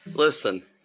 listen